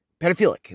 pedophilic